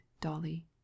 Dolly